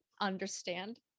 Understand